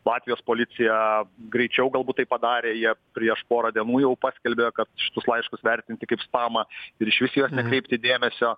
latvijos policija greičiau galbūt tai padarė jie prieš pora dienų jau paskelbė kad šitus laiškus vertinti kaip spamą ir išvis į juos nekreipti dėmesio